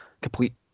complete